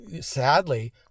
sadly